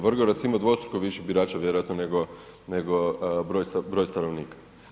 Vrgorac ima dvostruko više birača vjerojatno nego broj stanovnika.